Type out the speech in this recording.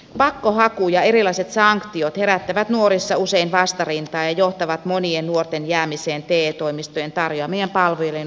pakkohaku ja erilaiset sanktiot herättävät nuorissa usein vastarintaa ja johtavat monien nuorten jäämiseen te toimistojen tarjoamien palvelujen ulkopuolelle